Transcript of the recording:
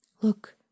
Look